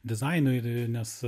dizaino ir ir nes